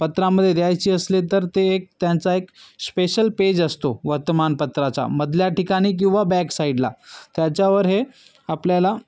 पत्रामध्ये द्यायची असले तर ते एक त्यांचा एक स्पेशल पेज असतो वर्तमानपत्राचा मधल्या ठिकाणी किंवा बॅक साईडला त्याच्यावर हे आपल्याला